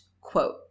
quote